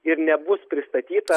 ir nebus pristatyta